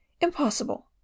impossible